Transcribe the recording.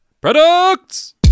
products